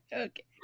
okay